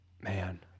Man